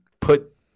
put